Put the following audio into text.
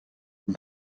rhoi